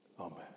Amen